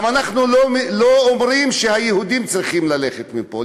גם אנחנו לא אומרים שהיהודים צריכים ללכת מפה.